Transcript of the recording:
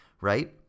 right